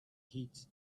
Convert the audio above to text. heat